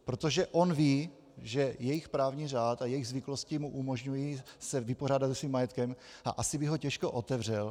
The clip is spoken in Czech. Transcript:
Protože on ví, že jejich právní řád a jejich zvyklosti mu umožňují se vypořádat se svým majetkem, a asi by ho těžko otevřel.